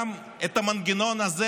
גם המנגנון הזה